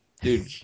dude